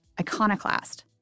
iconoclast